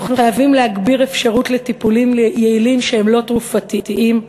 אנחנו חייבים להגביר את האפשרות לטיפולים יעילים שהם לא תרופתיים,